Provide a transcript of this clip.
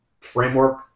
framework